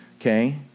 okay